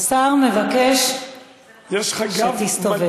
השר מבקש שתסתובב.